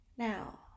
Now